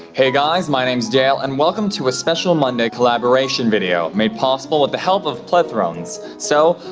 hey guys, my name's dale and welcome to a special monday collaboration video, made possible with the help of plethrons. so,